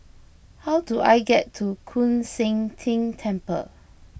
how do I get to Koon Seng Ting Temple